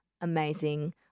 amazing